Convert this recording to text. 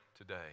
today